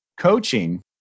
coaching